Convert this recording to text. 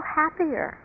happier